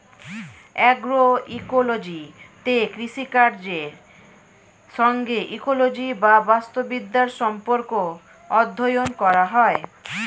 অ্যাগ্রোইকোলজিতে কৃষিকাজের সঙ্গে ইকোলজি বা বাস্তুবিদ্যার সম্পর্ক অধ্যয়ন করা হয়